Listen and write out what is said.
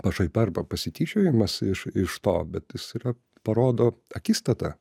pašaipa arba pasityčiojimas iš iš to bet jis yra parodo akistatą